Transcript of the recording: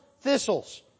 thistles